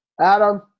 Adam